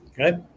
Okay